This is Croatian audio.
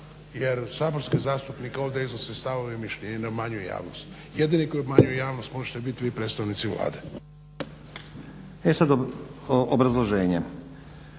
jer saborski zastupnik ovdje iznosi stavove i mišljenja i ne obmanjuje javnost. Jedini koji obmanjuje javnost možete biti vi predstavnici Vlade. **Stazić,